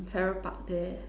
Farrer-Park there